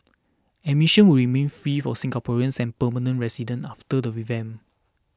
admission will remain free for Singaporeans and permanent residents after the revamp